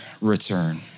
return